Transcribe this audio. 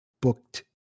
booked